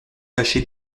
caché